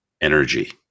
energy